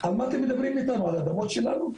על מה אתם מדברים איתנו, על אדמות שלנו?